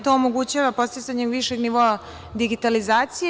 To omogućava podsticanje višeg nivoa digitalizacije.